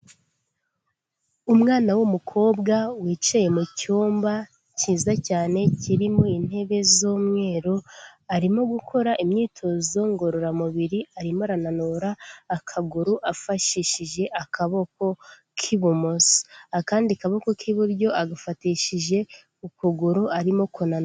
Umwana w'umukobwa wicaye mu cymba cyiza cyane kirimo intebe z'umweru arimo gukora imyitozo ngororamubiri arimo arananura akaguru afashishije akaboko k'ibumoso akandi kaboko k'iburyo agafatishije ukuguru arimo kunanura.